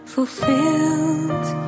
Fulfilled